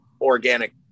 organic